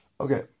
Okay